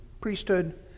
priesthood